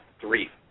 Three